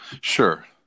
Sure